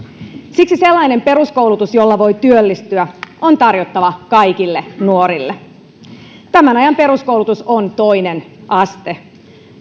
siksi sellainen peruskoulutus jolla voi työllistyä on tarjottava kaikille nuorille tämän ajan peruskoulutus on toinen aste